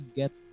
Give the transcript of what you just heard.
get